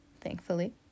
thankfully